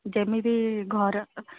ଯେମିତି ଘର